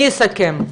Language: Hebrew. אני אסכם,